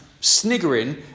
sniggering